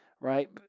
right